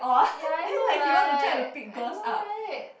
ya I know right I know right